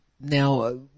now